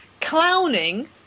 clowning